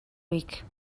week